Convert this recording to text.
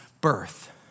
birth